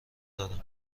دارم